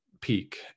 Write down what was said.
peak